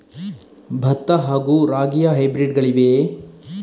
ಭತ್ತ ಹಾಗೂ ರಾಗಿಯ ಹೈಬ್ರಿಡ್ ಗಳಿವೆಯೇ?